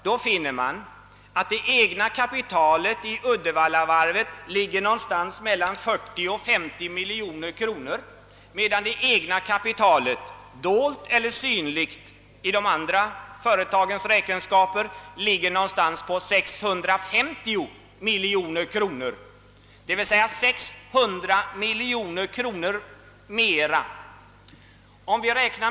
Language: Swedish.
Därvid finner man att Uddevallavarvets eget kapital uppgår till mellan 40 och 50 miljoner kronor, medan det sammanlagda egna kapitalet, dolt eller synligt, i det andra företagets räkenskaper är cirka 650 miljoner kronor, d.v.s. 600 miljoner kronor större.